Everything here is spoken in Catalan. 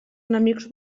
enemics